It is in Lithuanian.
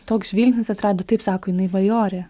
toks žvilgsnis atsirado taip sako jinai bajorė